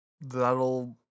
that'll